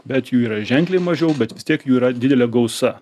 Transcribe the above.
bet jų yra ženkliai mažiau bet vis tiek jų yra didelė gausa